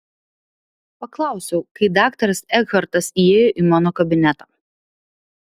paklausiau kai daktaras ekhartas įėjo į mano kabinetą